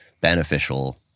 beneficial